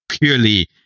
purely